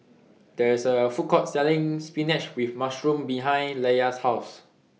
There IS A Food Court Selling Spinach with Mushroom behind Leia's House